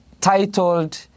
titled